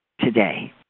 today